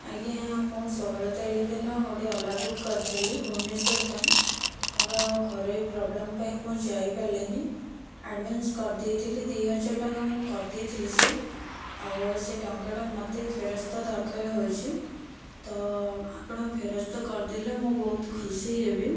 ଆଜ୍ଞା ମୁଁ ଷୋହଳ ତାରିଖ ଦିନ ଗୋଟିଏ ଓଲା ବୁକ୍ କରିଥିଲି ଭୁବନେଶ୍ୱର ପାଇଁ ମୋର ଘରୋଇ ପ୍ରୋବ୍ଲେମ୍ ପାଇଁ ମୁଁ ଯାଇପାରିଲି ନାହିଁ ଆଡଭାନ୍ସ କରିଦେଇଥିଲି ଦୁଇ ହଜାର ଟଙ୍କା ମୁଁ କରିଦେଇଥିଲି ସାର୍ ଆଉ ସେ ଟଙ୍କାଟା ମୋତେ ଫେରସ୍ତ ଦରକାର ହେଉଛି ତ ଆପଣ ଫେରସ୍ତ କରିଦେଲେ ମୁଁ ବହୁତ ଖୁସି ହେବି